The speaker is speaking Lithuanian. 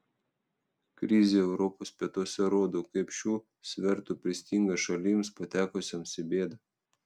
krizė europos pietuose rodo kaip šių svertų pristinga šalims patekusioms į bėdą